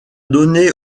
donné